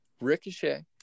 Ricochet